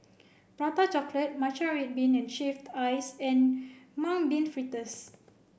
Prata Chocolate Matcha Red Bean and Shaved Ice and Mung Bean Fritters